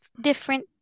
different